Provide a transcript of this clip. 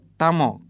tamo